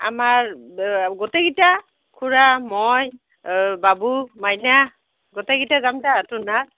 আমাৰ গোটেইকেইটা খুড়া মই বাবু মাইনা গোটেইকেইটা যাম দে